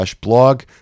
blog